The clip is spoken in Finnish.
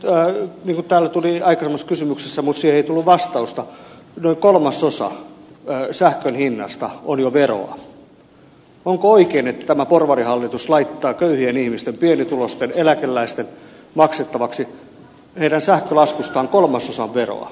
kun täällä tuli esille aikaisemmassa kysymyksessä mutta siihen ei tullut vastausta että noin kolmasosa sähkön hinnasta on jo veroa niin onko oikein että tämä porvarihallitus laittaa köyhien ihmisten pienituloisten eläkeläisten maksettavaksi heidän sähkölaskustaan kolmasosan veroa